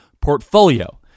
portfolio